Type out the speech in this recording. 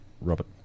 Robert